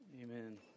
Amen